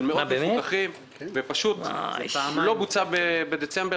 של מאות מפוקחים והוא פשוט לא בוצע בדצמבר